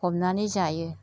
हमनानै जायो